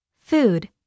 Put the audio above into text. Food